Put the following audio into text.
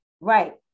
Right